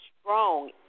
strong